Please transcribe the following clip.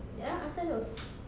ya ask them to